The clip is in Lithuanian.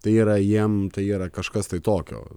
tai yra jiem tai yra kažkas tai tokio